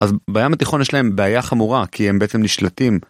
אז בים התיכון יש להם בעיה חמורה כי הם בעצם נשלטים.